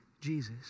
Jesus